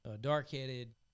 dark-headed